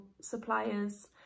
suppliers